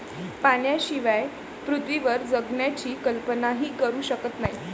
पाण्याशिवाय पृथ्वीवर जगण्याची कल्पनाही करू शकत नाही